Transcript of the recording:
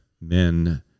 men